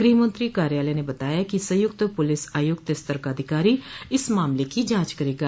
गृहमंत्री कार्यालय ने बताया है कि संयुक्त पुलिस आयुक्त स्तर का अधिकारी इस मामले की जांच करेगा